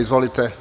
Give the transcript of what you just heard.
Izvolite.